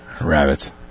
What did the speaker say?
Rabbits